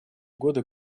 года